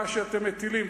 שמה שאתם מטילים,